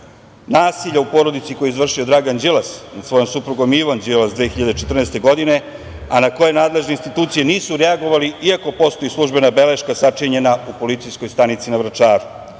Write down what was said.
nasilja u porodici koje je izvršio Dragan Đilas, nad svojom suprugom Ivom Đilas 2014. godine, a na koje nadležne institucije nisu reagovale iako postoji službena beleška, sačinjena u PU Vračar. Ili